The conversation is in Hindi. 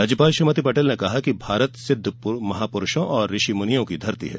राज्यपाल श्रीमती पटेल ने कहा कि भारत सिद्ध महापुरूषों और ऋषियों मुनियों की धरती है